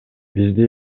бизде